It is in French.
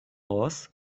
ross